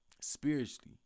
spiritually